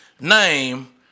name